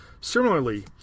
Similarly